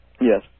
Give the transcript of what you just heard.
Yes